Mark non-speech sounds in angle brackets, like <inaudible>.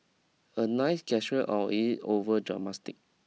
a nice gesture or is it over <unintelligible>